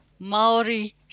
Maori